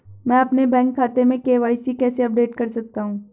मैं अपने बैंक खाते में के.वाई.सी कैसे अपडेट कर सकता हूँ?